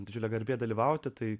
didžiulė garbė dalyvauti tai